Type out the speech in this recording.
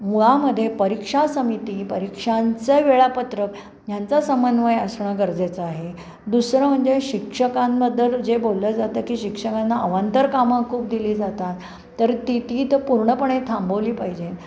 मुळामध्ये परीक्षासमिती परीक्षांचं वेळापत्रक ह्यांचा समन्वय असणं गरजेचं आहे दुसरं म्हणजे शिक्षकांबद्दल जे बोललं जातं की शिक्षकांना अवांतर कामं खूप दिली जातात तर ती ती तर पूर्णपणे थांबवली पाहिजे